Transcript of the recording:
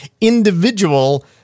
individual